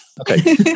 Okay